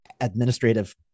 administrative